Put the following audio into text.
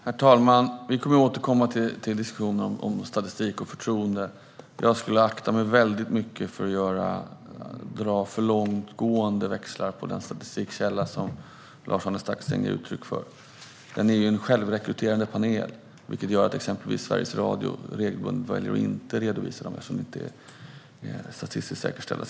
Herr talman! Vi kommer att återkomma till diskussionen om statistik och förtroende, men jag skulle akta mig väldigt noga för att dra för stora växlar på den statistikkälla som Lars-Arne Staxäng nämner. Det här är en självrekryterande panel, vilket gör att exempelvis Sveriges Radio regelbundet väljer att inte redovisa dessa siffror, eftersom de inte är statistiskt säkerställda.